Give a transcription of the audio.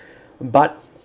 but